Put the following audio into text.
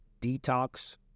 detox